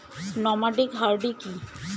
Nomadic hardy কি?